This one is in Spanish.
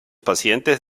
pacientes